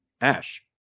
Ash